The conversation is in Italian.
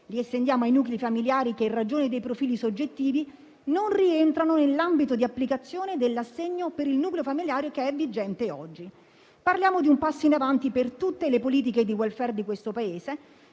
li estendiamo ai nuclei familiari che in ragione dei profili soggettivi non rientrano nell'ambito di applicazione dell'assegno per il nucleo familiare che è vigente oggi. Parliamo di un passo in avanti per tutte le politiche di *welfare* di questo Paese,